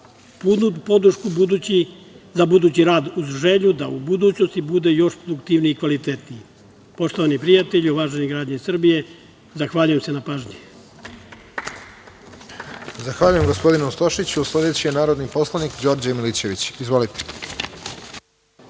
punu podršku za budući rad uz želju da u budućnosti bude još struktivniji i kvalitetniji. Poštovani prijatelji, uvaženi građani Srbije, zahvaljujem se na pažnji. **Radovan Tvrdišić** Zahvaljujem se gospodinu Stošiću. Sledeći je narodni poslanik Đorđe Milićević. Izvolite.